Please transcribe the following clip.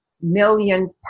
million